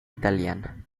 italiana